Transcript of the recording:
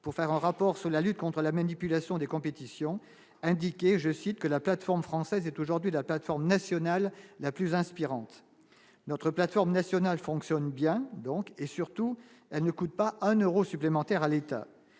pour faire un rapport sur la lutte contre la manipulation des compétitions indiqué, je cite, que la plateforme française est aujourd'hui la plateforme nationale la plus inspirante notre plateforme nationale fonctionne bien, donc, et surtout elle ne coûte pas un Euro supplémentaire à l'État,